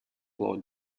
floor